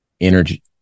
energy